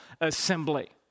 assembly